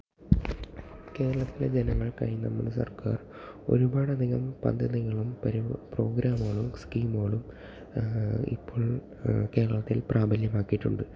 കേരളത്തിലെ ജനങ്ങൾക്കായി നമ്മളുടെ സർക്കാർ ഒരുപാടധികം പദ്ധതികളും പരി പ്രോഗ്രാമുകളും സ്കീമുകളും ഇപ്പോൾ കേരളത്തിൽ പ്രാബല്യമാക്കിയിട്ടുണ്ട്